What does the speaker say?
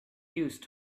used